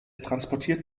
transportiert